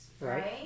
right